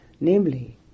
namely